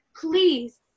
please